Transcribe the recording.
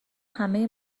همه